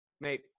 mate